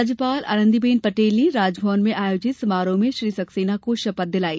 राज्यपाल आनंदीबेन पटेल ने राजभवन में आयोजित समारोह में श्री सक्सेना को शपथ दिलाई